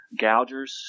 Gougers